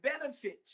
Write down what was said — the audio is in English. benefits